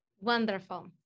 Wonderful